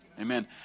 Amen